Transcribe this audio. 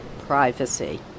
privacy